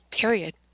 Period